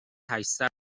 هشتصد